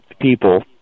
people